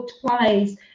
twice